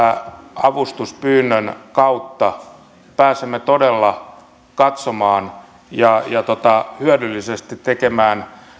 avustuspyynnön kautta pääsemme todella katsomaan ja hyödyllisesti tekemään